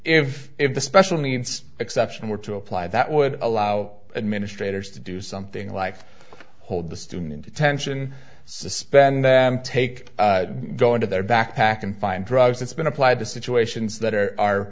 f if the special needs exception were to apply that would allow administrators to do something like hold the student in detention suspend them take going to their backpack and find drugs it's been applied to situations that are are